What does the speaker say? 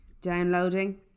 Downloading